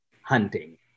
hunting